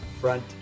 front